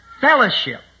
fellowship